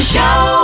Show